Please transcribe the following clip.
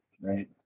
right